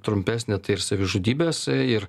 trumpesnė tai ir savižudybės ir